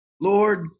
Lord